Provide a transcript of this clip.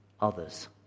others